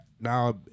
Now